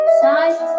side